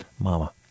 Mama